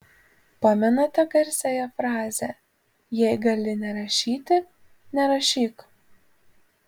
pamenate garsiąją frazę jei gali nerašyti nerašyk